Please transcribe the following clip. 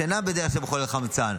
שאינה בדרך של מחולל חמצן.